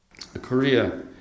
Korea